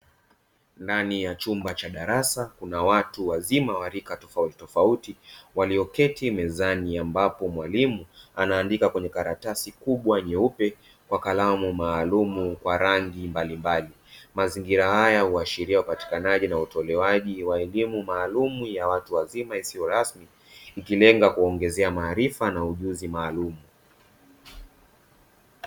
Ndani ya chumba cha darasa, kuna watu wazima wa rika tofauti walioketi mezani. Ambapo Mwalimu anaandika kwenye karatasi kubwa nyeupe kwa kalamu maalumu za rangi mbalimbali. Mazingira haya yanaashiria upatikanaji na utolewaji wa elimu maalumu ya watu wazima isiyo rasmi, ikilenga kuwaongezea maarifa na ujuzi maalumu.